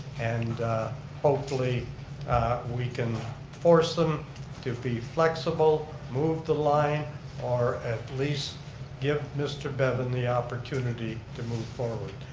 and hopefully we can force them to be flexible, move the line or at least give mr. bevan the opportunity to move forward.